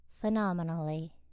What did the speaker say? phenomenally